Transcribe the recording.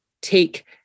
take